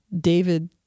David